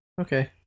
Okay